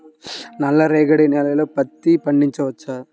నల్ల రేగడి నేలలో పత్తి పండించవచ్చా?